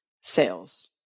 sales